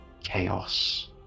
chaos